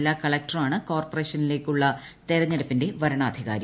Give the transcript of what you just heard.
ജില്ലാ കളക്ടറാണു കോർപ്പറേഷനിലേക്കുള്ള തെരഞ്ഞെടുപ്പിന്റെ വരണാധികാരി